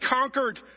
conquered